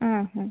ಹಾಂ ಹಾಂ